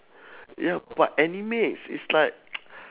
ya but anime it's it's like